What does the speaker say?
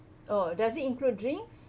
oh does it include drinks